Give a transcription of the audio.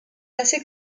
assez